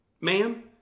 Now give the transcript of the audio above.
ma'am